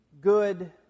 good